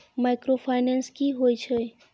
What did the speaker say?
Microfinance की होय छै?